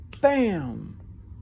bam